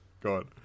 god